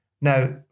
Now